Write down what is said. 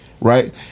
right